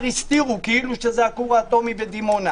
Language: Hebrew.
הסתירו כאילו זה הכור האטומי בדימונה.